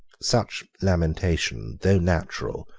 such lamentation, though natural,